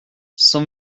cent